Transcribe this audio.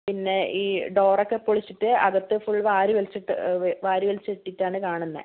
പിന്നെ ഈ ഡോര് ഒക്കെ പൊളിച്ചിട്ട് അകത്ത് ഫുള് വാരി വലിച്ചിട്ട് വാരി വലിച്ചിട്ടിട്ടാണ് കാണുന്നത്